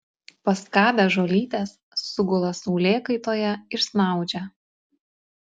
paskabę žolytės sugula saulėkaitoje ir snaudžia